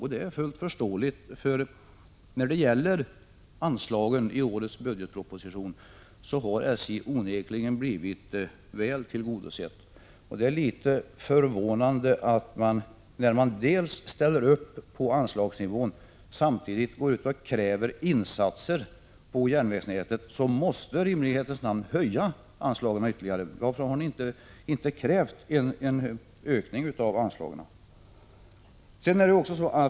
Detta är fullt förståeligt, för av anslagen i årets budgetproposition har SJ onekligen blivit väl tillgodosett. Det är litet förvånande att centern när de ställer upp för anslagsnivån samtidigt går ut och kräver insatser på järnvägsnätet som i rimlighetens namn måste höja anslagen ytterligare. Varför har ni inte krävt någon ökning av anslagen?